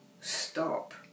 stop